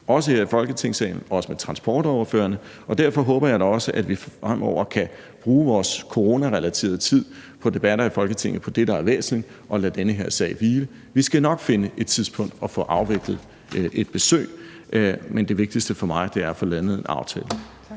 her i Folketingssalen, også med transportordførerne. Derfor håber jeg da også, at vi fremover kan bruge vores coronarelaterede tid på debatter i Folketinget på det, der er væsentligt, og lade den her sag hvile. Vi skal nok finde et tidspunkt at få afviklet et besøg, men det vigtigste for mig er at få landet en aftale.